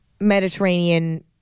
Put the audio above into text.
Mediterranean